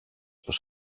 πως